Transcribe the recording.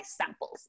samples